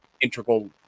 integral